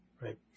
Right